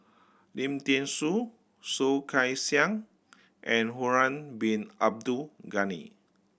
Lim Thean Soo Soh Kay Siang and Harun Bin Abdul Ghani